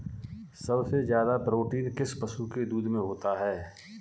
सबसे ज्यादा प्रोटीन किस पशु के दूध में होता है?